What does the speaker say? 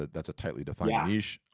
that's a tightly-defined niche,